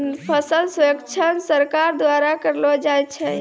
फसल सर्वेक्षण सरकार द्वारा करैलो जाय छै